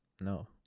No